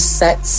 sex